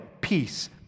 peace